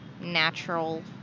natural